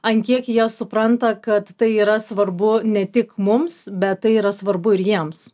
ant kiek jie supranta kad tai yra svarbu ne tik mums bet tai yra svarbu ir jiems